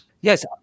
Yes